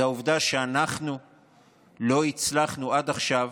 זו העובדה שאנחנו לא הצלחנו עד עכשיו